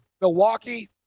Milwaukee